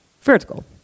vertical